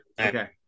okay